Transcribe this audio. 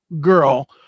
girl